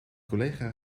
collega